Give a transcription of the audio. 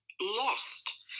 lost